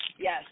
Yes